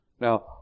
Now